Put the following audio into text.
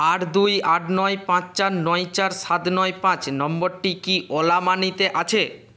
আট দুই আট নয় পাঁচ চার নয় চার সাত নয় পাঁচ নম্বরটি কি ওলা মানিতে আছে